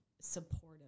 supportive